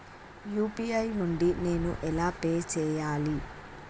UPI నుండి నేను ఎలా పే చెయ్యాలి?